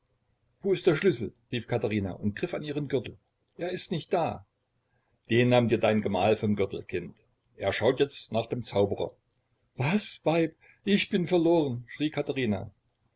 wo ist der schlüssel rief katherina und griff an ihren gürtel er ist nicht da den nahm dir dein gemahl vom gürtel kind er schaut jetzt nach dem zauberer was weib ich bin verloren schrie katherina